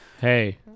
Hey